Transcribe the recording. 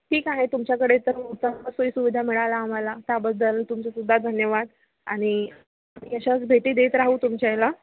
ठीक आहे तुमच्याकडे तर उत्तम सोईसुविधा मिळाल्या आम्हाला त्याबद्दल तुमचेसुद्धा धन्यवाद आणि अशाच भेटी देत राहू तुमच्या याला